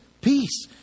peace